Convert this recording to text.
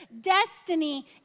destiny